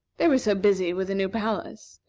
they were so busy with a new palace,